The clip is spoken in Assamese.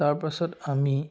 তাৰপাছত আমি